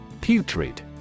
putrid